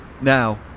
Now